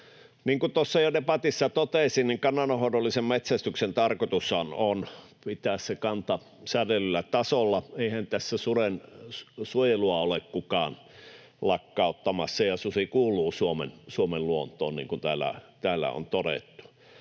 tuossa jo debatissa totesin, niin kannanhoidollisen metsästyksen tarkoitushan on pitää se kanta säädellyllä tasolla. Eihän tässä suden suojelua ole kukaan lakkauttamassa, ja susi kuuluu Suomen luontoon, niin kuin täällä on todettu.